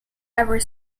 ever